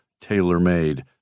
tailor-made